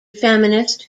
feminist